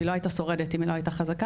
היא לא הייתה שורדת אם היא לא הייתה חזקה,